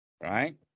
Right